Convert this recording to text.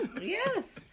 Yes